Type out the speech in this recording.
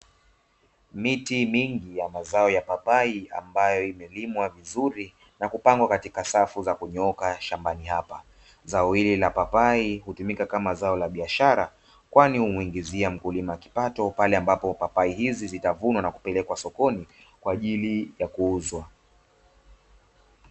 Miti mingi ya mazao ya papai ambayo imelimwa vizuri na kupangwa katika safu za kunyooka shambani hapa, zao hili la papai hutumika kama zao la biashara kwani humuingizia mkulima kipato pale ambapo papai hizi zitavunwa na kupelekwa sokoni kwa ajili ya kuuzwa